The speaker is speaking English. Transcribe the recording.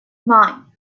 nine